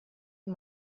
and